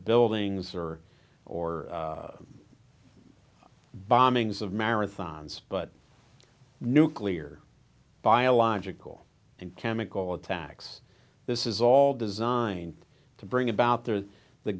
buildings or or bombings of marathons but nuclear biological and chemical attacks this is all designed to bring about the